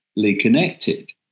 connected